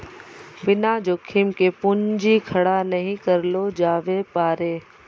बिना जोखिम के पूंजी खड़ा नहि करलो जावै पारै